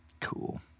Cool